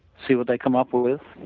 see what they come up with,